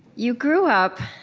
you grew up